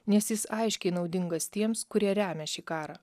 nes jis aiškiai naudingas tiems kurie remia šį karą